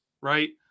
right